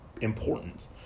important